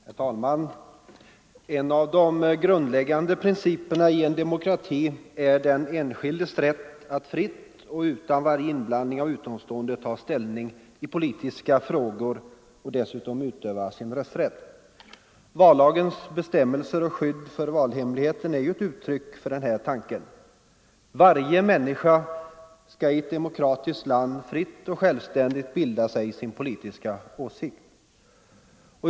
Herr talman! En av de grundläggande principerna i en demokrati är den enskildes rätt att fritt och utan varje inblandning av utomstående ta ställning i politiska frågor och dessutom utöva sin rösträtt. Vallagens bestämmelser om skydd för valhemligheten är ju ett uttryck för den här tanken. Varje människa skall i ett demokratiskt land fritt och självständigt bilda sig sin politiska åsikt.